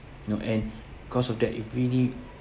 know and because of that it really